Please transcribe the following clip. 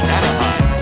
Anaheim